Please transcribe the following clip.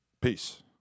Peace